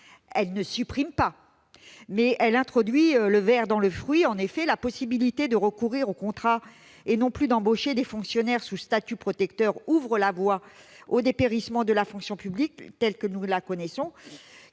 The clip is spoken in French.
elle ne supprime pas, mais elle introduit le ver dans le fruit. En effet, la possibilité de recourir à des contractuels à la place de fonctionnaires placés sous un statut protecteur ouvre la voie au dépérissement de la fonction publique telle que nous la connaissons.